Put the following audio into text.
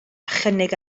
chynnig